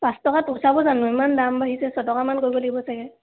পাঁচ টকাত পোচাব জানো ইমান দাম বাঢ়িছে ছটকামান কৰিব লাগিব চাগৈ